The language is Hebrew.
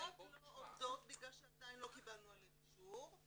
החממות לא עובדות בגלל שעדיין לא קיבלנו עליהן אישור,